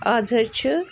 اَز حظ چھُ